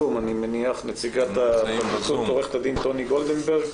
נציגת הפרקליטות, עו"ד טוני גולדנברג,